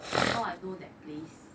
and how I know that place